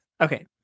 Okay